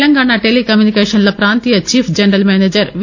తెలంగాణ టెలి కమ్యూనికేషన్ల ప్రాంతీయ చీఫ్ జనరల్ మేనేజర్ వి